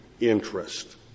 interest